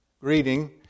greeting